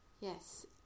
Yes